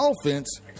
offense